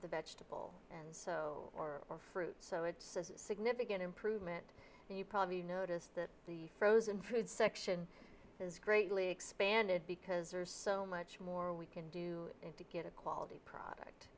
the vegetable and so or more fruit so it's a significant improvement and you probably noticed that the frozen food section has greatly expanded because there's so much more we can do to get a quality product